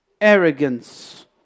arrogance